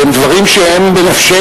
אלה הם דברים שהם בנפשנו,